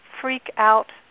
freak-out